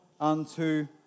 unto